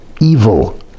Evil